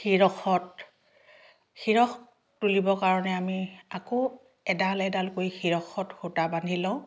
শিৰষত শিৰষ তুলিবৰ কাৰণে আমি আকৌ এডাল এডালকৈ শিৰষত সূতা বান্ধি লওঁ